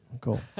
cool